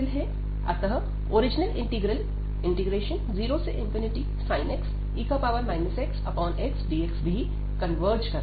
अतः original integral 0sin x xe x dx भी converge करता है